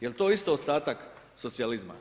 Jel to isto ostatak socijalizma?